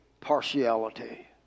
partiality